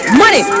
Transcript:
money